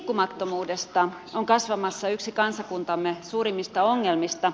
liikkumattomuudesta on kasvamassa yksi kansakuntamme suurimmista ongelmista